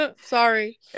Sorry